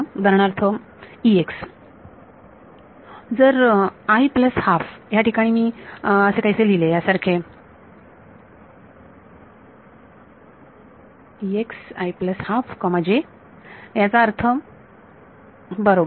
तर उदाहरणार्थ जर i प्लस हाफ ह्या ठिकाणी मी असे काहीसे लिहिले यासारखे याचा अर्थ बरोबर